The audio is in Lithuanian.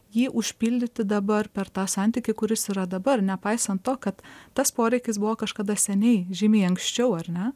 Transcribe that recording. jį užpildyti dabar per tą santykį kuris yra dabar nepaisant to kad tas poreikis buvo kažkada seniai žymiai anksčiau ar ne